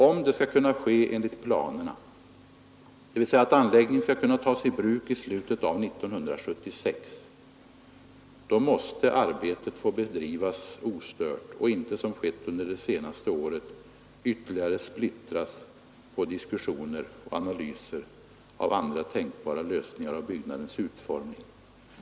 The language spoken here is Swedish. Om det skall kunna ske enligt planerna — dvs. att anläggningen skall kunna tas i bruk i slutet av 1976 — måste arbetet få bedrivas ostört och inte, som skett under det senaste året, ytterligare splittras på diskussioner och analyser av andra tänkbara lösningar av byggnadens utformning.